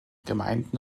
gemeinden